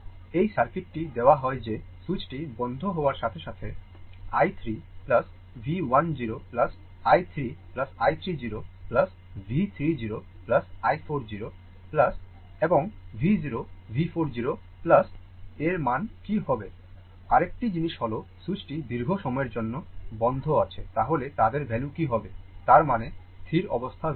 এই সার্কিটটি দেওয়া হয় যে সুইচটি বন্ধ হওয়ার সাথে সাথে i 3 V 1 0 i 3 i 3 0 V 3 0 i 4 0 এবং V 0 V 4 0 এর মান কি হবে আরেকটি জিনিস হল সুইচটি দীর্ঘ সময়ের জন্য বন্ধ আছে তাহলে তাদের ভ্যালু কি হবে তার মানে স্থির অবস্থা ভ্যালু